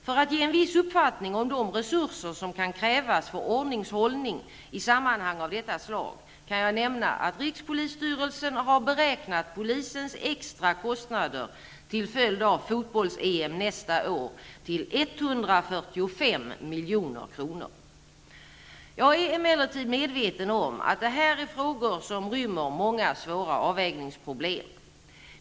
För att ge en viss uppfattning om de resurser som kan krävas för ordningshållare i sammanhang av detta slag kan jag nämna att rikspolisstyrelsen har beräknat polisens extra kostnader till följd av fotbolls-EM nästa år till 145 Jag är emellertid medveten om att det här är frågor som rymmer många svåra avvägningsproblem.